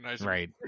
right